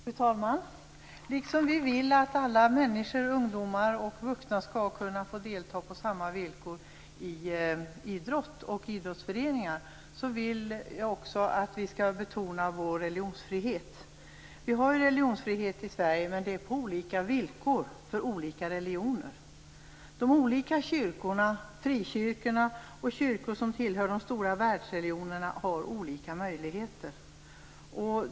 Fru talman! Liksom vi vill att alla människor, ungdomar och vuxna, skall kunna få delta på samma villkor i idrott och idrottsföreningar vill jag också att vi skall betona vår religionsfrihet. Vi har ju religionsfrihet i Sverige, men det är på olika villkor för olika religioner. De olika kyrkorna, frikyrkorna och kyrkor som tillhör de stora världsreligionerna, har olika möjligheter.